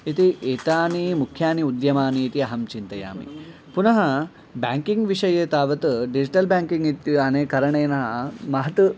इति एतानि मुख्यानि उद्यमानि इति अहं चिन्तयामि पुनः ब्याङ्किङ्ग् विषये तावत् डिज्टल् ब्याङ्किङ्ग इत् अनेन करणेन महत्